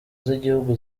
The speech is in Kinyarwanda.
z’igihugu